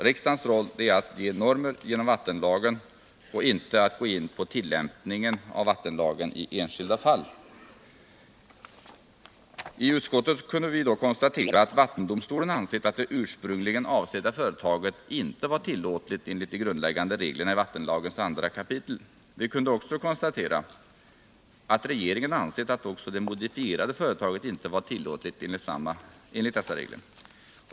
Riksdagens roll är att ge normer genom vattenlagen och inte att gå in på tillämpningen av vattenlagen i enskilda fall. I utskottet kunde vi konstatera att vattendomstolen ansett att det ursprungligen avsedda företaget inte var tillåtligt enligt de grundläggande reglerna i vattenlagens andra kapitel. Vi kunde också konstatera att inte heller regeringen ansett att det modifierade företaget var tillåtligt enligt dessa regler.